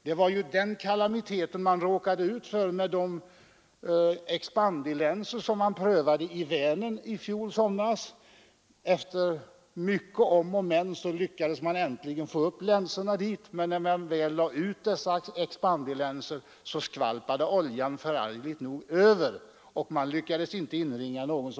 Det var ju den kalamiteten man man råkade ut för med de expandilänsor som användes i Vänern i fjol sommar. Efter mycket om och men lyckades man äntligen få upp länsorna till Vänern, men när man lade ut dem skvalpade oljan förargligt nog över, och man lyckades inte inringa den.